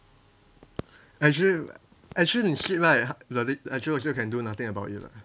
actually actually 你 sleep right the lecturer also can't do nothing about it lah